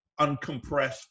uncompressed